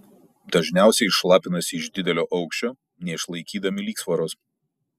dažniausiai šlapinasi iš didelio aukščio neišlaikydami lygsvaros